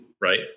Right